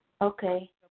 Okay